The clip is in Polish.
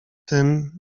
tym